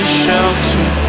shelter